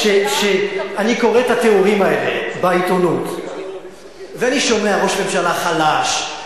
אני קורא את התיאורים האלה בעיתונות ואני שומע: ראש ממשלה חלש,